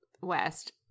west